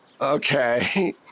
Okay